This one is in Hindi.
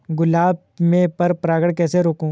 गुलाब में पर परागन को कैसे रोकुं?